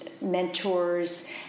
mentors